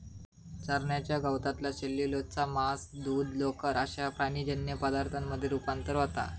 चरण्याच्या गवतातला सेल्युलोजचा मांस, दूध, लोकर अश्या प्राणीजन्य पदार्थांमध्ये रुपांतर होता